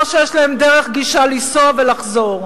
לא שיש להם דרך גישה לנסוע ולחזור.